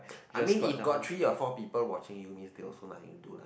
I mean in got three or four people watching you means they also nothing to do lah